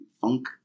funk